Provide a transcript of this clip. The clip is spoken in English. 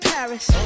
Paris